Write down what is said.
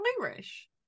Irish